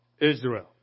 Israel